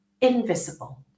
invisible